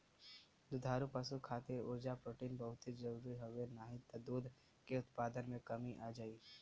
दुधारू पशु खातिर उर्जा, प्रोटीन बहुते जरुरी हवे नाही त दूध के उत्पादन में कमी आ जाई